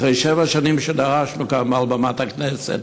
אחרי שבע שנים שדרשנו כאן מעל במת הכנסת